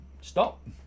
stop